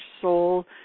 soul